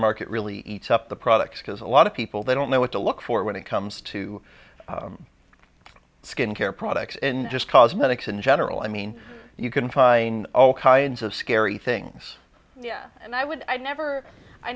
market really eats up the products because a lot of people they don't know what to look for when it comes to skincare products and just causing headaches in general i mean you can find all kinds of scary things and i would i never i